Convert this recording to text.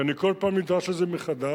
כי אני כל פעם נדרש לזה מחדש,